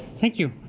thank you.